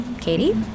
Katie